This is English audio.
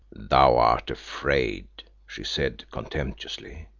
thou art afraid, she said contemptuously.